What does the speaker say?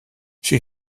she